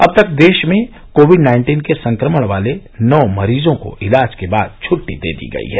अब तक देश में कोविड नाइन्टीन के संक्रमण वाले नौ मरीजों को इलाज के बाद छुट्टी दे दी गई है